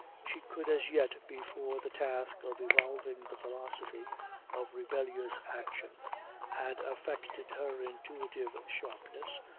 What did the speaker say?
she could as yet, before the task of evolving the philosophy of rebellious action had affected her intuitive sharpness,